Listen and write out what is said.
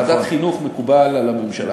ועדת חינוך, מקובל על הממשלה.